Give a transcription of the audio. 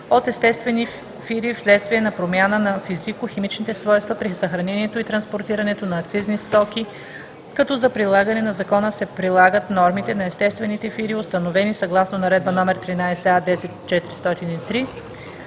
от естествени фири вследствие на промяна на физико-химичните свойства при съхраняването и транспортирането на акцизни стоки, като за прилагане на закона се прилагат нормите на естествените фири, установени съгласно Наредба № 13а-10403